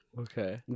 Okay